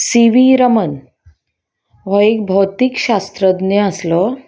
C V Raman हो एक भौतीक शास्त्रज्ञ आसलो